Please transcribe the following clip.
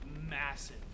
massive